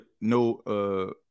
No